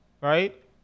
right